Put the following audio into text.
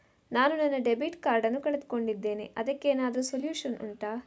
ನಾನು ನನ್ನ debit card ನ್ನು ಕಳ್ಕೊಂಡಿದ್ದೇನೆ ಅದಕ್ಕೇನಾದ್ರೂ ಸೊಲ್ಯೂಷನ್ ಉಂಟಾ